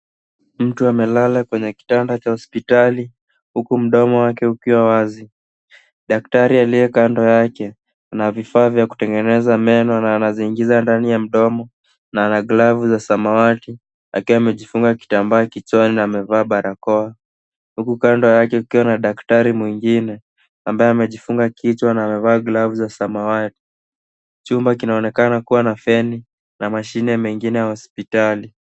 Mtu amelala kwenye kitanda cha hospitali huku mdomo wake ukiwa wazi. Daktari aliye kando yake ana vifaa vya kutengeneza meno na ana vifaa ndani ya mdomo na ana glavu za samawati akiwa amejifunga kitambaa kichwani na amevaa barakoa, huku kando yake kukiwa na daktari mwingine ambaye amejifunga kichwa na amevaa glavu za samawati. Chumba kinaonekana kuwa na feni na mashine mengine ya hospitali.